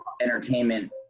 entertainment